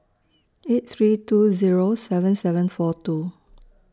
eight three two Zero seven seven four two